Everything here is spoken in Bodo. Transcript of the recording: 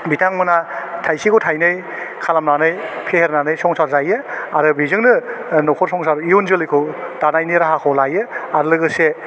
बिथांमोना थाइसेखौ थाइनै खालामनानै फेहेनानै संसार जायो आरो बेजोंनो ओह नख' र संसार इयुन जोलैखौ दानायनि राहाखौ लायो आर लोगोसे